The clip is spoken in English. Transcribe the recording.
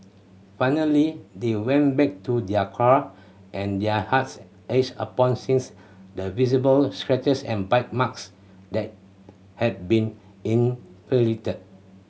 finally they went back to their car and their hearts ached upon sings the visible scratches and bite marks that had been inflicted